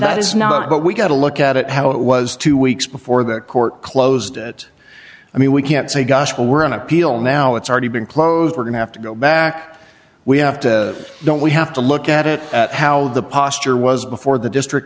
that is not what we got to look at it how it was two weeks before that court closed it i mean we can't say gosh well we're on appeal now it's already been closed we're going have to go back we have to don't we have to look at it at how the posture was before the district